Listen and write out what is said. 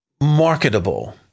marketable